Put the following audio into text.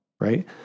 right